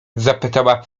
zapytała